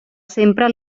sempre